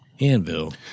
Anvil